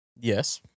Yes